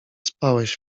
spałeś